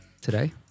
today